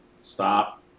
stop